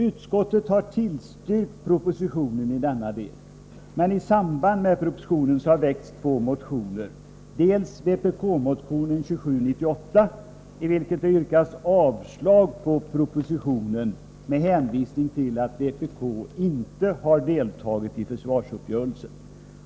Utskottet har tillstyrkt propositionen i denna del, men i samband med propositionen har det väckts två motioner. I vpk-motion 2798 yrkas avslag på propositionen med hänvisning till att vpk inte har deltagit i försvarsuppgörelsen.